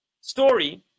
story